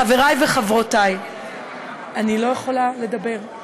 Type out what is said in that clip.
חבריי וחברותיי, אני לא יכולה לדבר.